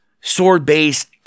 sword-based